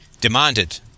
demanded